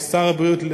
שר הבריאות,